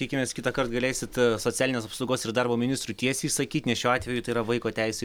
tikimės kitąkart galėsit socialinės apsaugos ir darbo ministrui tiesiai išsakyt nes šiuo atveju tai yra vaiko teisių